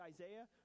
Isaiah